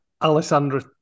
Alessandra